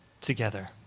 together